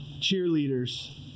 cheerleaders